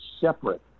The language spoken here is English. separate